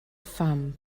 pham